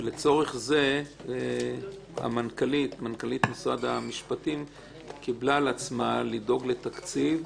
לצורך זה מנכ"לית משרד המשפטים קיבלה על עצמה לדאוג לתקציב.